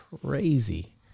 crazy